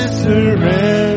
surrender